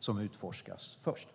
som utforskas först?